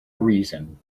reason